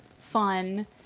fun